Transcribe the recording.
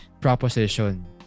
proposition